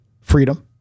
freedom